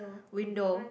window